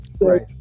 right